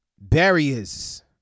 barriers